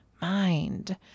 mind